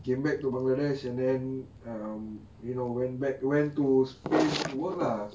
came back to bangladesh and then um you know went back went to spain to work lah